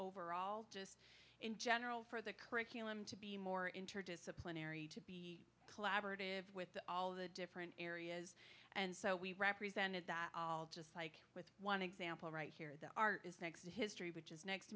overall just in general for the curriculum to be more interdisciplinary to be collaborative with all of the different areas and so we represented that just like with one example right here the art is next to history which is next